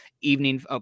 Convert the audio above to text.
evening